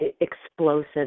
explosive